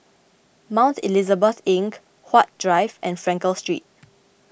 Mount Elizabeth Link Huat Drive and Frankel Street